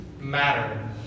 matter